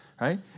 right